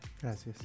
Gracias